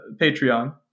Patreon